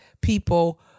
people